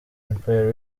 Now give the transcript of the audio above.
empire